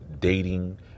dating